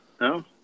No